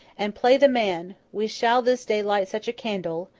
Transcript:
and play the man! we shall this day light such a candle,